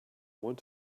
want